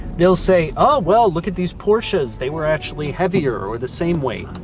they'll say, ah well, look at these porsches, they were actually heavier or the same weight.